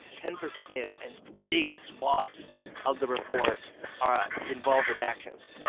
ten percent is. and big swaths of the report ah involve redactions.